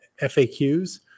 faqs